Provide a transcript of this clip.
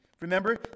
Remember